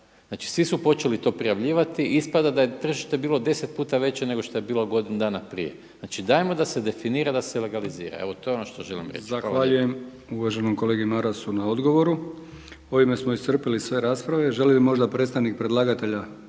Znači svi su počeli to prijavljivati, ispada da je tržište bilo deset puta veće nego šta je bilo godinu dana prije. Znači dajmo da se definira da se legalizira, evo to je ono što želim reći. **Brkić, Milijan (HDZ)** Zahvaljujem uvaženom kolegi Marasu na odgovoru. Ovime smo iscrpili sve rasprave. Želi li možda predstavnik predlagatelja